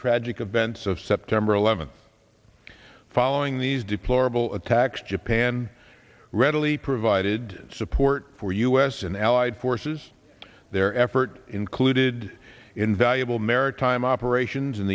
tragic events of september eleventh following these deplorable attacks japan readily provided support for u s and allied forces their effort included invaluable maritime operations